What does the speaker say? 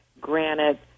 granite